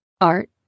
art